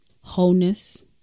wholeness